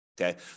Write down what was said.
Okay